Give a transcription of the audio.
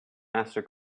master